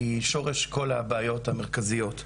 כי היא שורש כל הבעיות המרכזיות.